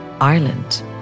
Ireland